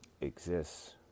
exists